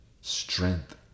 strength